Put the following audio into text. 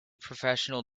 professional